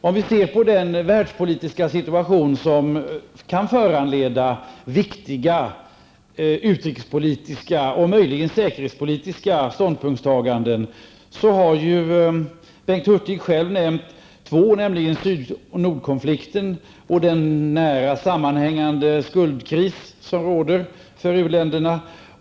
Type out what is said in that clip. Om vi ser på den världspolitiska situation som kan föranleda viktiga utrikespolitiska och möjligen säkerhetspolitiska ståndpunktstaganden har ju Bengt Hurtig själv nämnt två, nämligen syd--nordkonflikten och den nära sammanhängande skuldkris som råder för u-länderna.